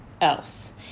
else